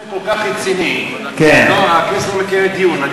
הנושא כל כך רציני והכנסת לא מקיימת דיון.